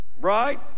Right